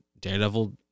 daredevil